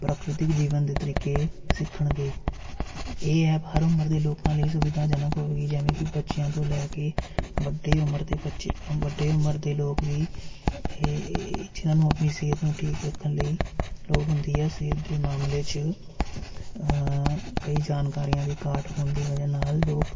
ਪ੍ਰ੍ਕ੍ਰਿਤਿਕ ਜੀਵਨ ਦੇ ਤਰੀਕੇ ਸਿੱਖਣਗੇ ਇਹ ਐਪ ਹਰ ਉਮਰ ਦੇ ਲੋਕਾਂ ਲਈ ਸੁਵਿਧਾਜਨਕ ਹੋਵੇਗੀ ਜਿਵੇਂ ਕਿ ਬੱਚਿਆਂ ਤੋਂ ਲੈ ਕੇ ਵੱਡੇ ਉਮਰ ਦੇ ਬੱਚੇ ਵੱਡੇ ਉਮਰ ਦੇ ਲੋਕ ਵੀ ਇਹ ਜਿਹਨਾਂ ਨੂੰ ਆਪਣੀ ਸਿਹਤ ਨੂੰ ਠੀਕ ਰੱਖਣ ਲਈ ਲੋੜ ਹੁੰਦੀ ਹੈ ਸਿਹਤ ਦੇ ਮਾਮਲੇ 'ਚ ਕਈ ਜਾਣਕਾਰੀਆਂ ਦੀ ਘਾਟ ਹੋਣ ਦੀ ਵਜ੍ਹਾ ਨਾਲ ਲੋਕ